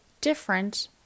different